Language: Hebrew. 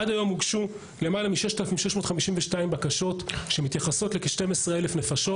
עד היום הוגשו למעלה מ-6,652 בקשות שמתייחסות לכ-12,000 נפשות.